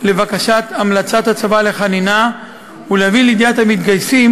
לבקשת המלצת הצבא לחנינה ולהביא לידיעת המתגייסים,